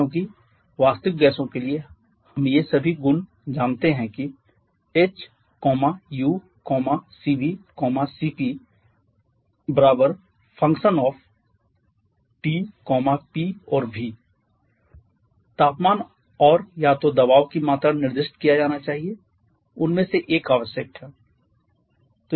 क्योंकि वास्तविक गैसों के लिए हम ये सभी गुण जानते हैं कि h u Cv Cp f T P or V तापमान और या तो दबाव की मात्रा निर्दिष्ट किया जाना चाहिए उनमें से एक आवश्यक है